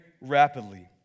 rapidly